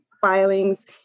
filings